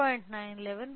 9 11